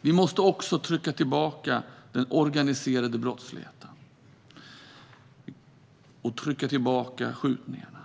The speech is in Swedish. vi måste också trycka tillbaka den organiserade brottsligheten och skjutningarna.